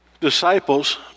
Disciples